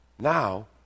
Now